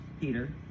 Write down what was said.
Peter